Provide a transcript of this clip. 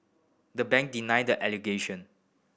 the bank denied the allegation